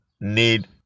need